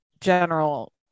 general